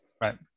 Right